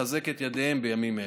ולחזק את ידיהם בימים אלה.